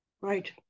Right